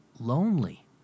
lonely